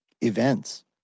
events